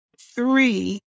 three